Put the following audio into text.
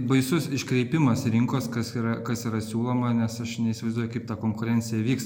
baisus iškreipimas rinkos kas yra kas yra siūloma nes aš neįsivaizduoju kaip ta konkurencija vyks